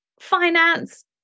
finance